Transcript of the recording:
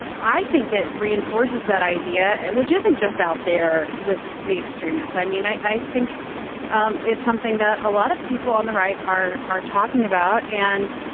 i think it reinforces that idea, which isn't just out there with the extremists. i mean, i i think um it's something that a lot of people on the right are are talking about. and,